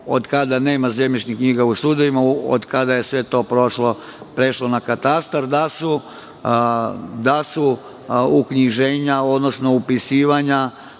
od kada nema zemljišnih knjiga u sudovima, od kada je sve to prešlo na katastar, da su uknjiženja, odnosno upisivanja